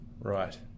Right